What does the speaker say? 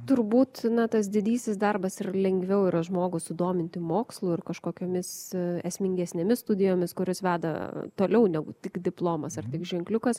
turbūt na tas didysis darbas ir lengviau yra žmogų sudominti mokslu ir kažkokiomis esmingesnėmis studijomis kuris veda toliau negu tik diplomas ar tik ženkliukas